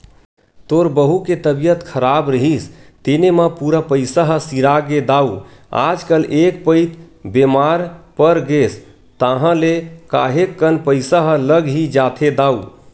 तोर बहू के तबीयत खराब रिहिस तेने म पूरा पइसा ह सिरागे दाऊ आजकल एक पइत बेमार परगेस ताहले काहेक कन पइसा ह लग ही जाथे दाऊ